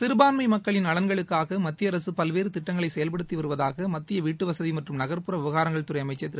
சிறுபான்மை மக்களின் நலன்குளக்காக மத்திய அரசு பல்வேறு திட்டங்களை செயல்படுத்தி வருவதாக மத்திய வீட்டுவசதி மற்றும் நகர்ப்புற விவகாரங்கள் துறை அமைச்சர் திரு